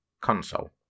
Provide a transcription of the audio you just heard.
console